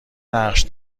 نقش